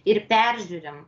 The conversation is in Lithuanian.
ir peržiūrim